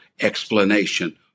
explanation